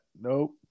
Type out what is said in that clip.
Nope